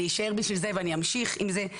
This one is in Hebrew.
אני אשאר בשביל זה ואני אמשיך עם זה.